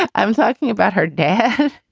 i'm talking about her dad.